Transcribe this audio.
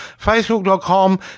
facebook.com